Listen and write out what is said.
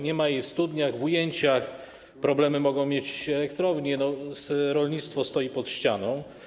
Nie ma jej w studniach, w ujęciach, problemy mogą mieć elektrownie, rolnictwo stoi pod ścianą.